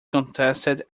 contested